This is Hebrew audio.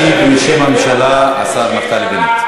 ישיב בשם הממשלה השר נפתלי בנט.